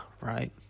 right